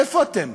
איפה אתם?